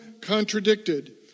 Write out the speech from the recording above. contradicted